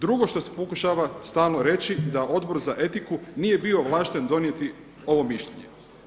Drugo što se pokušava stalno reći da Odbor za etiku nije bio ovlašten donijeti ovo mišljenje.